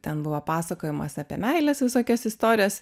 ten buvo pasakojimas apie meilės visokias istorijas